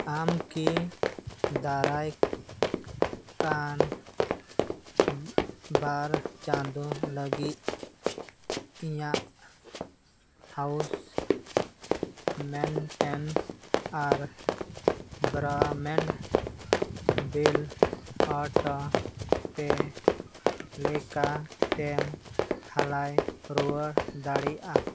ᱟᱢ ᱠᱤ ᱫᱟᱨᱟᱭ ᱠᱟᱱ ᱵᱟᱨ ᱪᱟᱸᱫᱳ ᱞᱟᱹᱜᱤᱫ ᱤᱧᱟᱹᱜ ᱦᱟᱣᱩᱥ ᱢᱮᱱᱴᱮᱱᱥ ᱟᱨ ᱵᱨᱚᱰᱵᱮᱱᱰ ᱵᱤᱞ ᱚᱴᱳ ᱯᱮ ᱞᱮᱠᱟ ᱛᱮᱢ ᱦᱟᱞᱟᱭ ᱨᱩᱣᱟᱹᱲ ᱫᱟᱲᱮᱭᱟᱜᱼᱟ